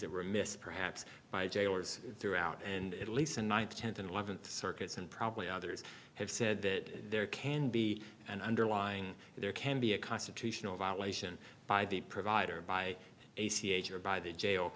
that were missed perhaps by jailers throughout and at least and ninth tenth and eleventh circuits and probably others have said that there can be an underlying there can be a constitutional violation by the provider by a c h or by the jail